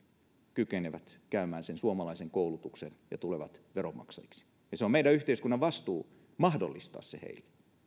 kykenevät käymään suomalaisen koulutuksen ja tulevat veronmaksajiksi se on meidän yhteiskunnan vastuu mahdollistaa se